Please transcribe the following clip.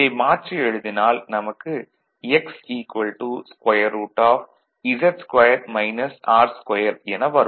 இதை மாற்றி எழுதினால் நமக்கு X √ என வரும்